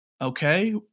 Okay